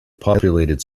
populated